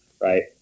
right